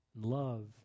love